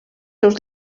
seus